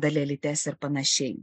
dalelytes ir panašiai